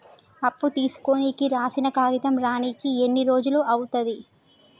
అప్పు తీసుకోనికి రాసిన కాగితం రానీకి ఎన్ని రోజులు అవుతది?